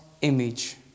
image